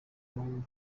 abahungu